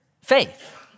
faith